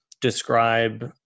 describe